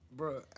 Bro